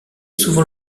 souvent